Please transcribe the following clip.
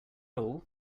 all